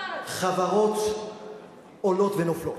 חברות עולות ונופלות.